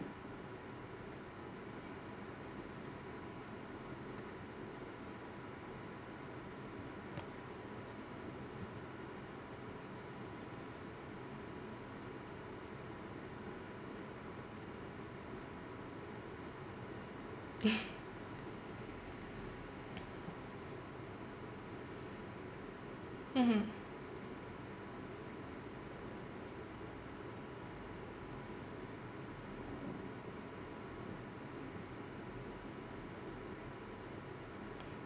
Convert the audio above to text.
mmhmm